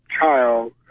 child